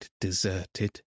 deserted